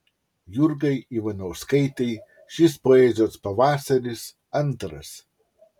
jurgai ivanauskaitei šis poezijos pavasaris antras